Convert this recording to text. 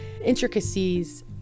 intricacies